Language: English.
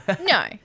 No